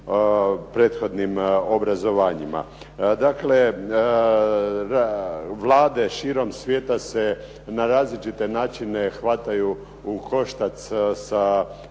prethodnim obrazovanjima. Dakle, vlade širom svijeta se na različite načine hvataju u koštac sa